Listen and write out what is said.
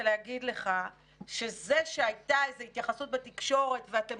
ולהגיד לך שזה שהייתה איזו התייחסות בתקשורת ואתם